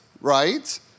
right